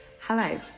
Hello